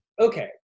okay